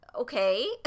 Okay